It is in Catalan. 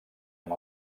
amb